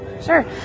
Sure